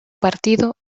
partido